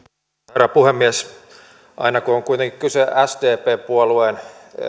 herra puhemies kun on kuitenkin kyse sdpn